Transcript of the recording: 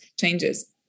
changes